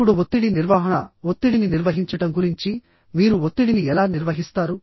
ఇప్పుడు ఒత్తిడి నిర్వహణ ఒత్తిడిని నిర్వహించడం గురించి మీరు ఒత్తిడిని ఎలా నిర్వహిస్తారు